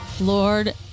Lord